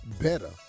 better